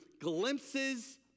glimpses